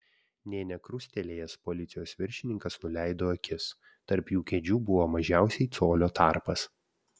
nė nekrustelėjęs policijos viršininkas nuleido akis tarp jų kėdžių buvo mažiausiai colio tarpas